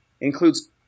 includes